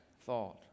thought